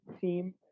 team